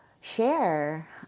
share